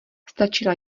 stačila